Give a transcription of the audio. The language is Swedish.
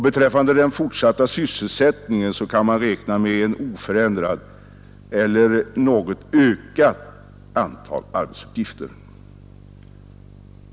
Beträffande den fortsatta sysselsättningen kan man räkna med oförändrat eller något ökat antal arbetsuppgifter.